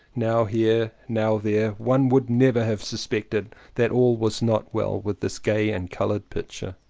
now here, now there, one would never have suspected that all was not well with this gay and coloured picture.